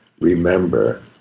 Remember